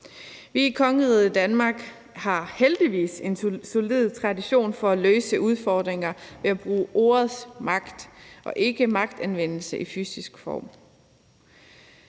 Vi i kongeriget Danmark har heldigvis en solid tradition for at løse udfordringer ved at bruge ordets magt og ikke magtanvendelse i fysisk form.